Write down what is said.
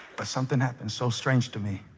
but something happened so strange to me